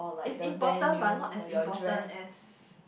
is important but not as important as